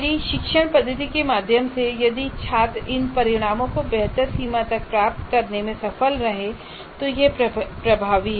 मेरी शिक्षण पद्धति के माध्यम से यदि छात्र इन परिणामों को बेहतर सीमा तक प्राप्त करने में सफल रहे हैं तो यह प्रभावी है